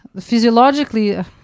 Physiologically